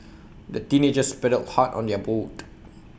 the teenagers paddled hard on their boat